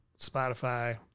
Spotify